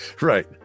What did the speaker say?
Right